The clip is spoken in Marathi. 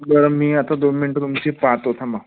बर मी आता दो मिनट तूमची पाहतो थांबा